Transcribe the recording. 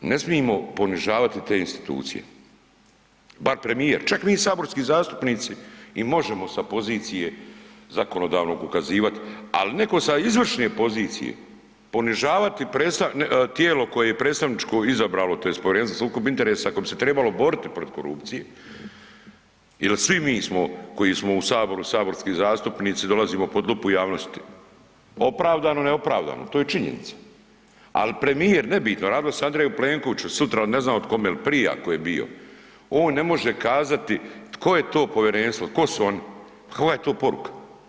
Ne smijemo ponižavati te institucije, bar premijer, čak mi saborski zastupnici i možemo sa pozicije zakonodavno ukazivati, ali neko sa izvršne pozicije, ponižavati tijelo koje predstavničko izabralo tj. Povjerenstvo za sukob interesa koje bi se trebalo boriti protiv korupcije jer svi mi smo koji smo u Saboru saborski zastupnici, dolazimo pod lupu javnosti, opravdano, neopravdano, to je činjenica, ali premijer nebitno, radilo se o A. Plenkoviću, sutra o ne znam o kome ili prije ako je bio, on ne može kazati koje je to povjerenstvo, tko su oni, kakva je to poruka?